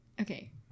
Okay